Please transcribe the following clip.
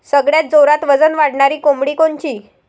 सगळ्यात जोरात वजन वाढणारी कोंबडी कोनची?